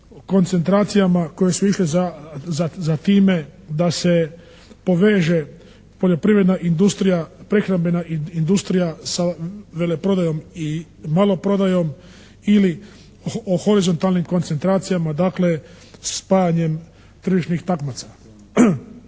koncentracijama koje su išle za time da se poveže poljoprivredna industrija, prehrambena industrija sa veleprodajom i maloprodajom ili o horizontalnim koncentracijama. Dakle, spajanjem tržišnih takmaca.